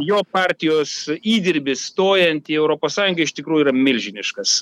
jo partijos įdirbis stojant į europos sąjungą iš tikrųjų yra milžiniškas